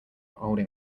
holding